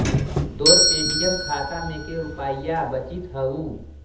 तोर पे.टी.एम खाता में के रुपाइया बचित हउ